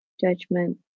judgment